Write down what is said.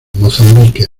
mozambique